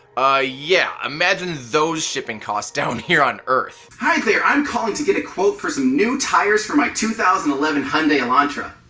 ah yeah, imagine those shipping costs down here on earth. hi there, i'm calling to get a quote for some new tires for my two thousand and eleven hyundai elantra.